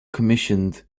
commissioned